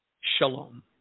shalom